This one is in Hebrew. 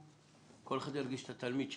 כל אחד ירגיש את התלמיד שבו.